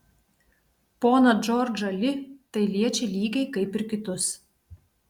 poną džordžą li tai liečia lygiai kaip ir kitus